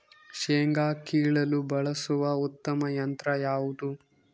ಶೇಂಗಾ ಕೇಳಲು ಬಳಸುವ ಉತ್ತಮ ಯಂತ್ರ ಯಾವುದು?